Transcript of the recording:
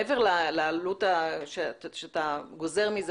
מעבר לעלות שאתה גוזר מזה,